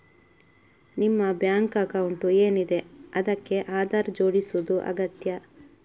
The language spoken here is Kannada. ನಿಮ್ಮ ಬ್ಯಾಂಕ್ ಅಕೌಂಟ್ ಏನಿದೆ ಅದಕ್ಕೆ ಆಧಾರ್ ಜೋಡಿಸುದು ಅಗತ್ಯ